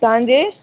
तव्हांजे